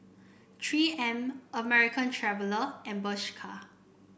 Three M American Traveller and Bershka